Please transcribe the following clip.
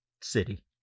City